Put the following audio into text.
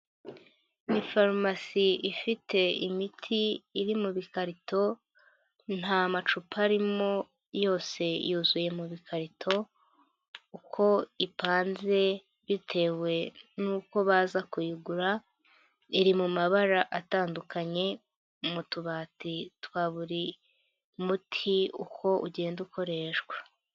Ni farumasi ifite imiti iri mu bikarito, nta macupa arimo yose yuzuye mu bikarito, uko ipanze bitewe n'uko baza kuyigura, iri mu mabara atandukanye mu tubati twa buri muti uko ugenda ukoreshwa.